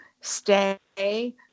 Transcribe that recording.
stay